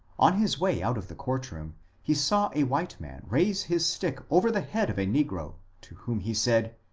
on his way out of the court room he saw a white man raise his stick over the head of a negro, to whom he said,